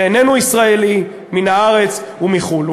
שאיננו ישראלי, מן הארץ ומחו"ל.